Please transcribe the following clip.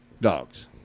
Dogs